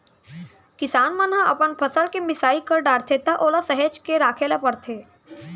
किसान मन ह अपन फसल के मिसाई कर डारथे त ओला सहेज के राखे ल परथे